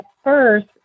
first